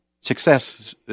success